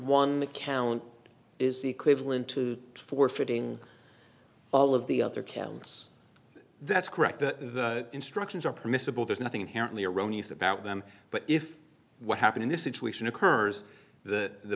one count is equivalent to forfeiting all of the other counts that's correct the instructions are permissible there's nothing inherently erroneous about them but if what happened in this situation occurs the